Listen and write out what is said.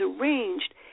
arranged